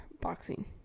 boxing